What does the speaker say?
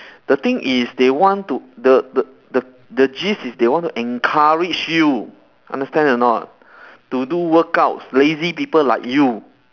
the thing is they want to the the the the gist is they want to encourage you understand or not to do workout lazy people like you